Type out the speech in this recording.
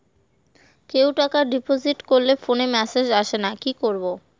কেউ টাকা ডিপোজিট করলে ফোনে মেসেজ আসেনা কি করবো?